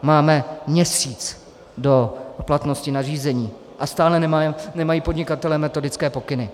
Máme měsíc do platnosti nařízení a stále nemají podnikatelé metodické pokyny!